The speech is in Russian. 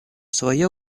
свое